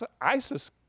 ISIS